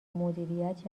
مدیریت